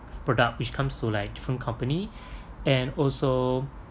product which comes to like different company and also